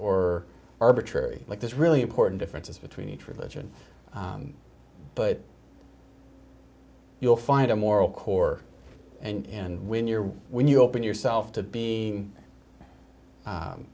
or arbitrary like this really important differences between each religion but you'll find a moral core and when you're when you open yourself to being